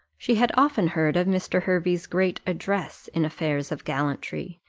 she had often heard of mr. hervey's great address in affairs of gallantry,